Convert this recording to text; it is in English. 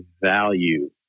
value